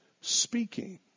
speaking